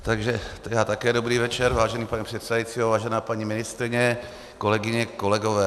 Takže já také dobrý večer, vážený pane předsedající, vážená paní ministryně, kolegyně, kolegové.